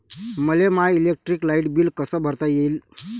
मले my electric light bill कस भरता येईल?